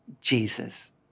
Jesus